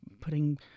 putting